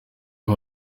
iyo